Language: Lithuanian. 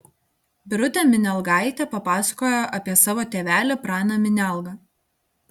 birutė minialgaitė papasakojo apie savo tėvelį praną minialgą